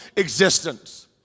existence